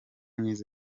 myiza